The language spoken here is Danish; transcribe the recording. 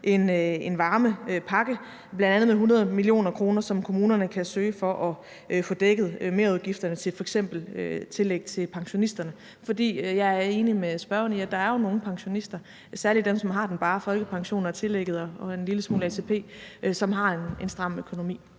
en varmepakke med 100 mio. kr., som kommunerne kan søge, for at få dækket merudgifterne til f.eks. tillæg til pensionisterne. For jeg er enig med spørgeren i, at der jo er nogle pensionister, særlig dem, som har den bare folkepension og tillægget og en lille smule ATP, som har en stram økonomi.